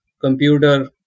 computer